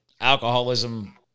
Alcoholism